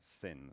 sins